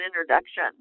introduction